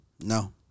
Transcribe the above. No